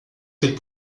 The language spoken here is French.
cette